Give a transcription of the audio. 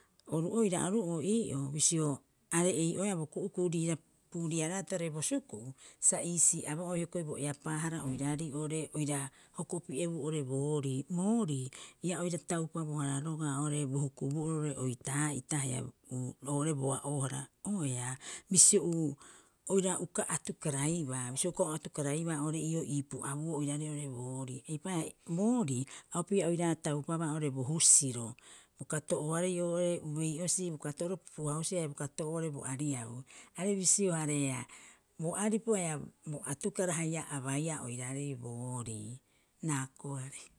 Oru oira oru'oo ii'oo bisio are'ei'oea bo ku'uku'u riira puuriaraaro tare bo suku'u, sa iisii aba'oe hioko'i bo eapaahara oiraarei oo'ore oira hokopi'ebuu oo'ore boorii. Boorii ia oira taupabohara rogaa oo'ore bo hukubuu'oro roo'ore oitaa'ita haia roo'ore boa'oohara'oea bisio uu oira uka atukaraibaa, bisio uka oira atukaraibaa oo'ore ii pu'abuuo oiraarei oo'ore boorii. Eipaareha boorii a opii'a oira taupaba oo'ore bo husiro, bo kato'ooarei oo'ore ubei'osii bo kato'oro pupuhausii haia bo kato'oo oo'ore bo ariabu. Are bisiohareea, bo aripu haia bo atukara haia a baiia oiraarei boorii. Raakoari.